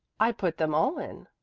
i put them all in,